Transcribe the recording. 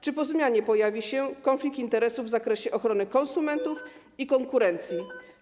Czy po zmianie pojawi się konflikt interesów w zakresie ochrony konsumentów i konkurencji?